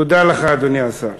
תודה לך, אדוני השר.